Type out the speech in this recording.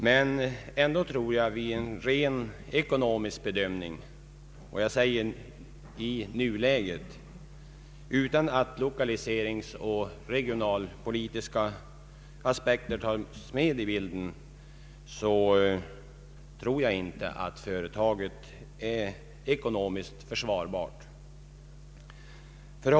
Men vid en rent ekonomisk bedömning i nuläget — utan att lokaliseringsoch regionalpolitiska aspekter beaktas — tror jag ändå inte att företaget är ekonomiskt försvarbart.